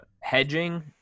hedging